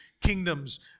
kingdoms